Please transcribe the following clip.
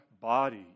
body